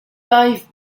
life